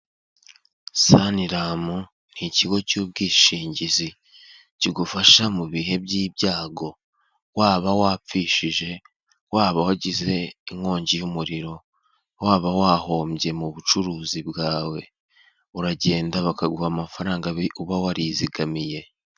Saniramu ni ikigo cy'ubwishingizi kigufasha mu bihe by'ibyago waba wapfushije, waba wagize inkongi y'umuriro, waba wahombye mu bucuruzi bwawe uragenda bakaguha amafaranga uba warizigamiye.